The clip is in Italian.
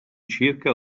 circa